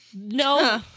No